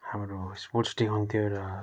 हाम्रो sports day हुन्थ्यो र